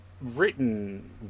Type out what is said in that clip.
written